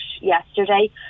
yesterday